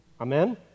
Amen